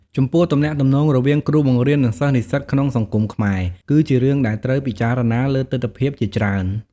ចំពោះទំនាក់ទំនងរវាងគ្រូបង្រៀន និងសិស្សនិស្សិតក្នុងសង្គមខ្មែរ គឺជារឿងដែលត្រូវពិចារណាលើទិដ្ឋភាពជាច្រើន។